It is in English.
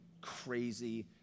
crazy